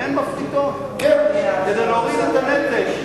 והן מפחיתות כדי להוריד את הנטל,